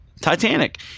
Titanic